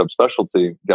subspecialty